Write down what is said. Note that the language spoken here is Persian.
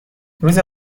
روز